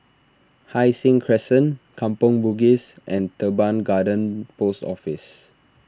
Hai Sing Crescent Kampong Bugis and Teban Garden Post Office